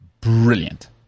brilliant